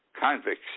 convicts